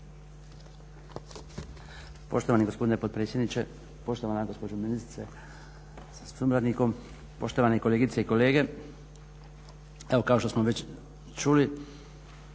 Poštovani gospodine potpredsjedniče, poštovana gospođo ministrice sa suradnikom, poštovane kolegice i kolege. Evo kao što smo već čuli